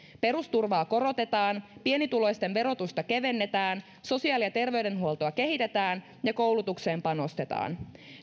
perusturvaa korotetaan pienituloisten verotusta kevennetään sosiaali ja terveydenhuoltoa kehitetään ja koulutukseen panostetaan